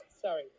Sorry